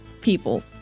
people